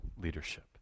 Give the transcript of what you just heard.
leadership